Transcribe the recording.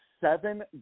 seven